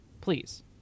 please